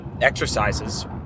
exercises